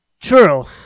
true